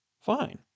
fine